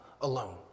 alone